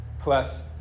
plus